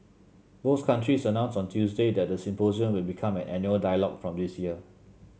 both countries announced on Tuesday that the symposium will become an annual dialogue from this year